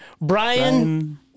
Brian